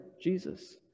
Jesus